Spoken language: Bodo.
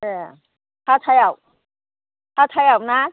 ए हाथायाव हाथायावना